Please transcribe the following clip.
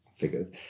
figures